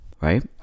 Right